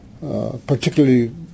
particularly